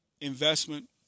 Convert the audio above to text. investment